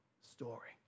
story